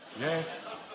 Yes